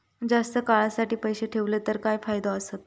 जास्त काळासाठी पैसे ठेवले तर काय फायदे आसत?